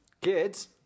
Kids